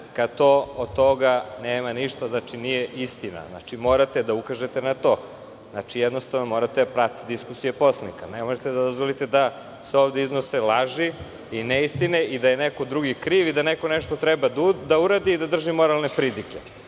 kad od toga nema ništa. Znači, nije istina. Morate da ukažete na to. Jednostavno, morate da pratite diskusije poslanika. Nemojte da dozvolite da se ovde iznose laži i neistine i da je neko drugi kriv i da neko nešto treba da uradi i da drži moralne pridike.